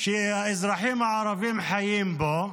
שהאזרחים הערבים חיים בו,